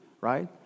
right